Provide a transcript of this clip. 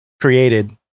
created